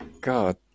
god